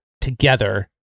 together